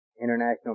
international